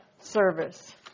service